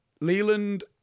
leland